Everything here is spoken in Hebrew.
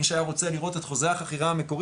מי שהיה רוצה לראות את חוזה החכירה המקורי